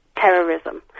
terrorism